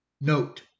Note